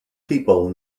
people